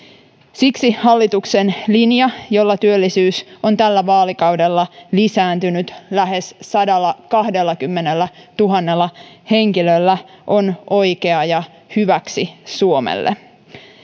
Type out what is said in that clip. siksi hallituksen linja jolla työllisyys on tällä vaalikaudella lisääntynyt lähes sadallakahdellakymmenellätuhannella henkilöllä on oikea ja hyväksi suomelle